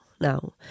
now